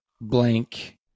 blank